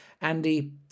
Andy